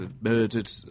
murdered